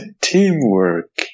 teamwork